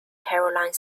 caroline